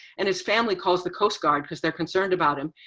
and his family calls the coast guard cause they're concerned about him.